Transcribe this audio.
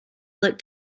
look